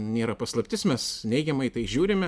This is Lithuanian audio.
nėra paslaptis mes neigiamai į tai žiūrime